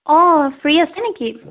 অঁ ফ্ৰী আছে নেকি